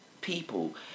people